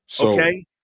Okay